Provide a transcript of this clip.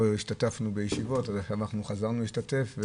כי לא השתתפנו בישיבות ועכשיו חזרנו להשתתף.